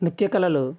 నృత్య కళలు